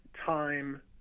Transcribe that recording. time